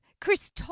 Chris